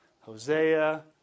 Hosea